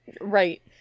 Right